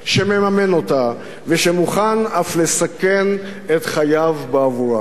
שמממן אותה, ושמוכן אף לסכן את חייו בעבורה.